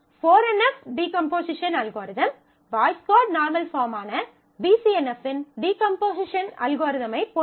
4 NF decomposition algorithm Boyce Codd normal பாஃர்ம்மான BCNF இன் decomposition அல்காரிதமைப் போன்றது